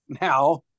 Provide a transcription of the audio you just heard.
Now